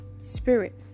spirit